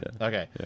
Okay